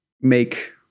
make